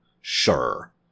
Sure